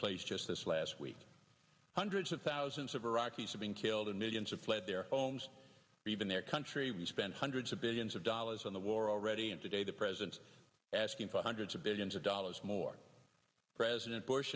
place just this last week hundreds of thousands of iraqis have been killed and millions of fled their homes or even their country we spend hundreds of billions of dollars on the war already and today the president asking for hundreds of billions of dollars more president bush